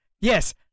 Yes